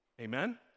Amen